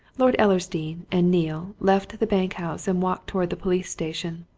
lord ellersdeane and neale left the bank-house and walked towards the police-station.